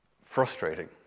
frustrating